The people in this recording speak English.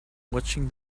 watching